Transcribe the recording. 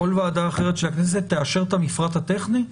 או כל ועדה אחרת של הכנסת תאשר את המפרט הטכני?